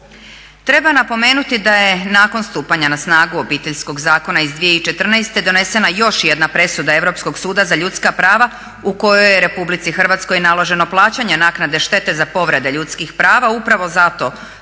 Treba napomenuti da je nakon stupanja na snagu Obiteljskog zakona iz 2014. donesena još jedna presuda Europskog suda za ljudska prava u kojoj je Republici Hrvatskoj naloženo plaćanje naknade štete za povrede ljudskih prava upravo zato što